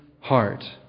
heart